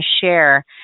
share